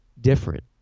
different